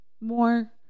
More